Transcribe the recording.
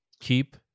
keep